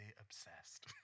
obsessed